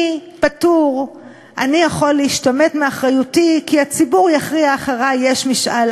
ואני רוצה להזכיר לכולנו שאסתר המלכה יושבת,